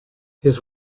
his